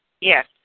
Yes